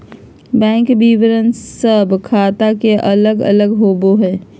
bank विवरण सब ख़ाता के अलग अलग होबो हइ